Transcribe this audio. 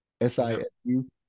S-I-S-U